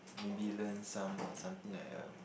maybe learn some something like um